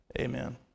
Amen